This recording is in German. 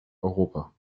europa